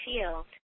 field